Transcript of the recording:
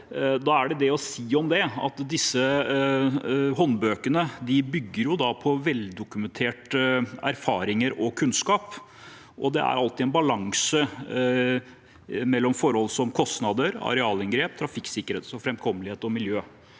Da er det det å si om det, at disse håndbøkene bygger på veldokumentert erfaring og kunnskap, og det er alltid en balanse mellom forhold som kostnader, arealinngrep, trafikksikkerhet, framkommelighet og miljø.